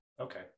Okay